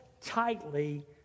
tightly